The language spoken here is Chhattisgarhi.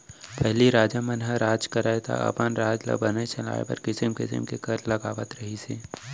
पहिली राजा मन ह राज करयँ तौ अपन राज ल बने चलाय बर किसिम किसिम के कर लगावत रहिन हें